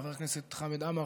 חבר הכנסת חמד עמאר,